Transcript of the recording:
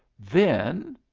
then